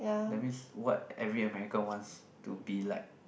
that means what every American wants to be like